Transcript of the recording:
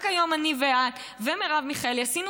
רק היום אני ואת ומרב מיכאלי עשינו